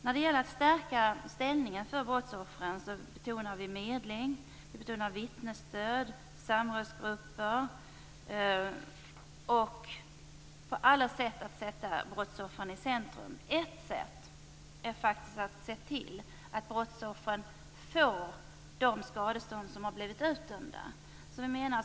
När det gäller att stärka brottsoffrens ställning betonar vi medling, vittnesstöd, samrådsgrupper och att på alla sätt sätta brottsoffren i centrum. Ett sätt är faktiskt att se till att brottsoffren får de skadestånd som har blivit utdömda.